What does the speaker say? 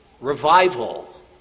revival